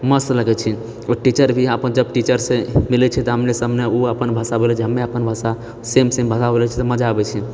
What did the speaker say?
मस्त लगैछे ओ टीचर भी हम अपन जब टीचरसे मिलय छिए तऽ आमने सामने ओ अपन भाषा बोलय छै हम्मे अपन भाषा सेम सेम भाषा बोलय छै तऽ मजा आबैछेै